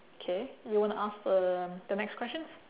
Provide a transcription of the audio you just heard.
K you want to ask um the next questions